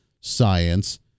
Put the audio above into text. science